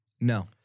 No